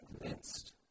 convinced